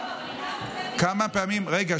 רגע,